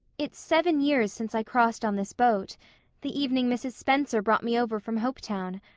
it's seven years since i crossed on this boat the evening mrs. spencer brought me over from hopetown.